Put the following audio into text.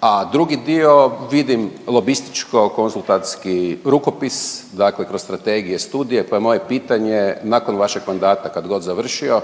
a drugi dio vidim lobističko-konzultacijski rukopis dakle kroz strategije, studije. Pa je moje pitanje nakon vašeg mandata kadgod završio